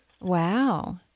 Wow